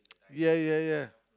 yeah yeah yeah